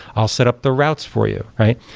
i'll set up the routes for you, right?